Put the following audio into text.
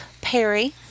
Perry